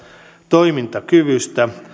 toimintakyvystä